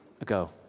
ago